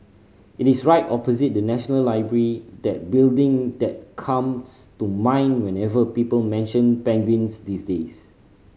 it is right opposite the National Library that building that comes to mind whenever people mention penguins these days